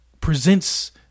presents